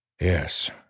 Yes